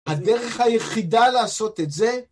הדרך היחידה לעשות את זה